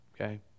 Okay